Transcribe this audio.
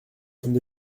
sommes